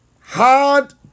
hard